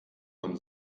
und